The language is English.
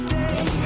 day